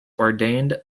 ordained